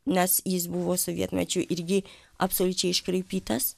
nes jis buvo sovietmečiu irgi absoliučiai iškraipytas